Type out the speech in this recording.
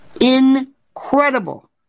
Incredible